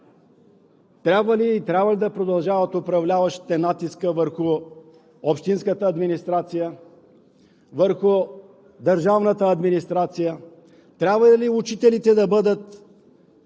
трябва ли да продължават управляващите натиска върху общинската администрация, върху държавната администрация? Трябва ли учителите да бъдат